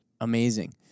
amazing